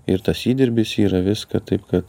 ir tas įdirbis yra viską taip kad